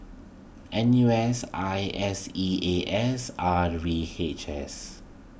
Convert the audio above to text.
N U S I S E A S R V H S